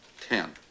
ten